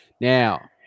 Now